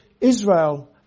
Israel